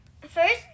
first